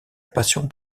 passion